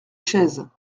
chaises